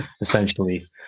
essentially